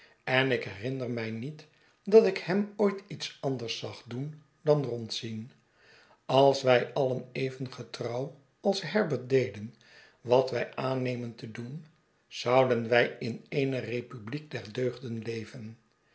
en ik herinner mij niet dat ik hem ooit iets anders zag doen dan rondzien als wij alien even getrouw als herbert deden wat wij aannemen te doen zouden wij in eene republiek der deugden leven